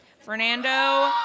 Fernando